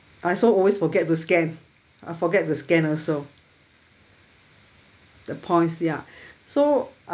I also always forget to scan I forget to scan also the points ya so